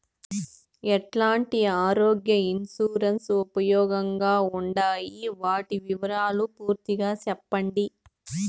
ఎట్లాంటి ఆరోగ్య ఇన్సూరెన్సు ఉపయోగం గా ఉండాయి వాటి వివరాలు పూర్తిగా సెప్పండి?